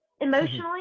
emotionally